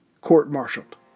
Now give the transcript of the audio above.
court-martialed